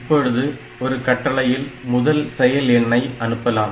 இப்பொழுது ஒரு கட்டளையில் முதல் செயல் எண்ணை அனுப்பலாம்